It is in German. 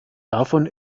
davon